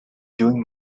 doing